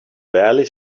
barely